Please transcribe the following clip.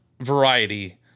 variety